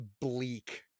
bleak